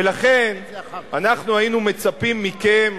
ולכן אנחנו היינו מצפים מכם